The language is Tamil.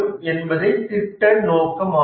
என்பதே திட்ட நோக்கம் ஆகும்